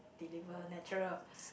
deliver natural